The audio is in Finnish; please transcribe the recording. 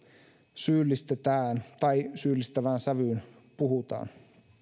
syyllistetään tai syyllistävään sävyyn puhutaan